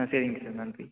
ஆ சரிங்க சார் நன்றி